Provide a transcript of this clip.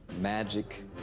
Magic